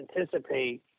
anticipate